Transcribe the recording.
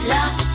Love